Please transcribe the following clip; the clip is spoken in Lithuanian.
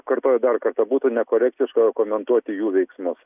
kartoju dar kartą būtų nekorektiška komentuoti jų veiksmus